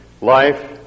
life